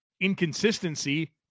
inconsistency